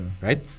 right